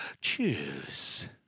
Choose